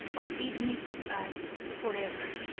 or bid me good-bye forever.